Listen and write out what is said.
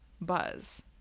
buzz